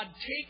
take